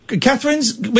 Catherine's